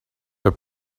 the